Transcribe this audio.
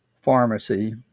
pharmacy